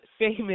famous